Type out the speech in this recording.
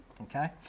okay